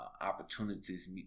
opportunities